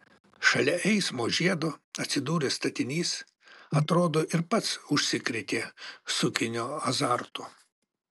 šalia eismo žiedo atsidūręs statinys atrodo ir pats užsikrėtė sukinio azartu